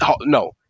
No